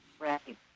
Right